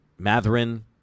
Matherin